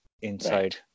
inside